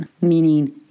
meaning